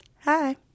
hi